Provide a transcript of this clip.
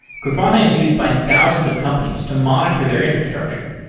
grafana is used by thousands of companies to monitor their infrastructure.